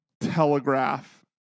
telegraph